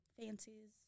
fancies